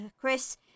Chris